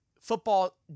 football